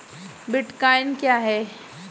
Bitcoin क्या है?